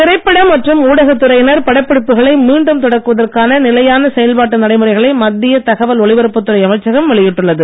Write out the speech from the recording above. திரைப்பட மற்றும் ஊடகத் துறையினர் படப்பிடிப்புகளை மீண்டும் தொடக்குவதற்கான நிலையான செயல்பாட்டு நடைமுறைகளை மத்திய தகவல் ஒலிபரப்பு துறை அமைச்சகம் வெளியிட்டுள்ளது